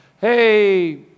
hey